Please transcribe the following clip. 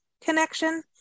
connection